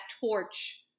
torch